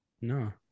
No